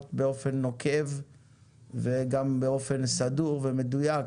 באופן נוקב וגם באופן סדור ומדויק,